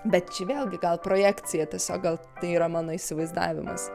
bet čia vėlgi gal projekcija tiesiog gal tai yra mano įsivaizdavimas